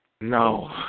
No